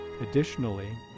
Additionally